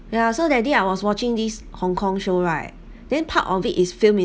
ya so that day I was watching these hongkong show right then part of it is filmed in